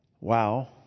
wow